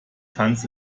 tanz